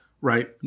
Right